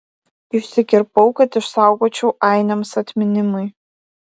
išsikirpau kad išsaugočiau ainiams atminimui